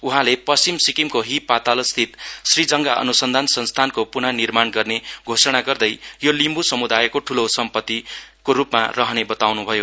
उहाँले पश्चिम सिक्किमको हि पातालस्थित श्रीजङघा अनुसन्धान संस्थानको पुननिर्माण गर्ने घोषणा गर्दै यो लिम्बू समुदायको ठूलो सम्पत्तिको रुपमा रहने बताउनु भयो